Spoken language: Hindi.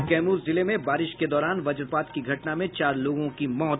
और कैमूर जिले में बारिश के दौरान वज्रपात की घटना में चार लोगों की मौत